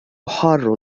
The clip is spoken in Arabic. حار